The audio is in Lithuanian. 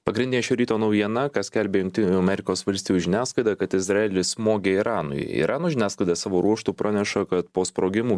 pagrindinė šio ryto naujiena ką skelbia jungtinių amerikos valstijų žiniasklaida kad izraelis smogė iranui irano žiniasklaida savo ruožtu praneša kad po sprogimų